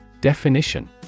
Definition